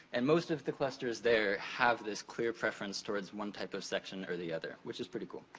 and most of the clusters there have this clear preference towards one type of section or the other, which is pretty cool.